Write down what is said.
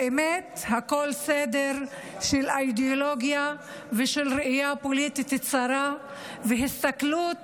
האמת היא שהכול סדר של אידיאולוגיה ושל ראייה פוליטית צרה והסתכלות